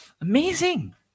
amazing